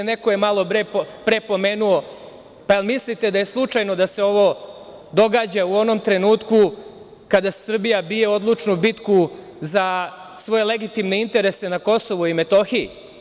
Neko je pre pomenuo, pa jel mislite da je slučajno da se ovo događa u onom trenutku kada Srbija bije odlučnu bitku za svoje legitimne interese na Kosovu i Metohiji.